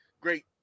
Great